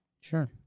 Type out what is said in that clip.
Sure